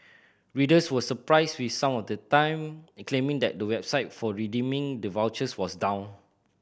readers were surprised with some at the time claiming that the website for redeeming the vouchers was down